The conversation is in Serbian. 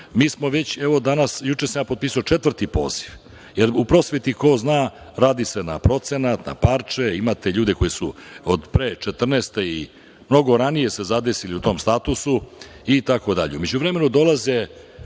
smo već danas, juče sam potpisao četvrti poziv, jer u prosveti, ko zna, radi se na procenat, na parče, imate ljude koji su od pre 2014. godine i mnogo ranije se zadesili u tom statusu itd.U